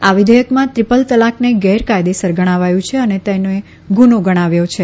આ વિધેયકમાં ત્રિપલ તલાકને ગેરકાયદેસર ગણાવાયું છે અને તેને ગુન્હો ગણાવ્યો છે